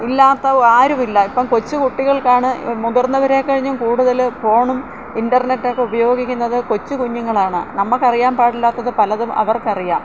ഇല്ലാത്ത ആരും ഇല്ല ഇപ്പം കൊച്ചുകുട്ടികൾക്കാണ് മുതിർന്നവരെ കഴിഞ്ഞും കൂടുതൽ ഫോണും ഇൻറ്റർനെറ്റ് ഒക്കെ ഉപയോഗിക്കുന്നത് കൊച്ചുകുഞ്ഞുങ്ങളാണ് നമുക്ക് അറിയാൻ പാടില്ലാത്തത് പലതും അവർക്ക് അറിയാം